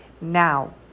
Now